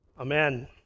amen